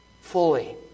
fully